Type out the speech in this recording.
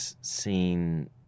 seen